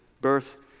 birth